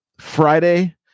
Friday